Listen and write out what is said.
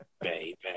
baby